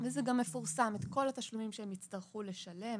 יצטרכו לשלם.